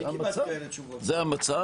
זה המצב,